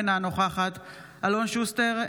אינה נוכחת אלון שוסטר,